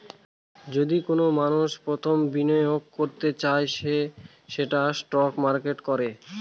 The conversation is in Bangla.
যদি কোনো মানষ প্রথম বিনিয়োগ করতে চায় সে সেটা স্টক মার্কেটে করে